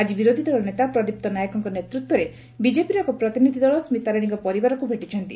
ଆଜି ବିରୋଧୀ ଦଳ ନେତା ପ୍ରଦୀପ୍ତ ନାୟକଙ୍କ ନେତୃତ୍ୱରେ ବିଜେପିର ଏକ ପ୍ରତିନିଧି ଦଳ ସ୍କିତାରାଣୀଙ୍କ ପରିବାରକୁ ଭେଟିଛନ୍ତି